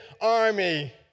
army